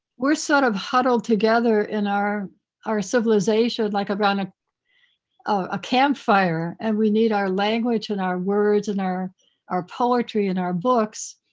we're sort of huddled together in our our civilization, like around a ah campfire and we need our language and our words and our our poetry and our books,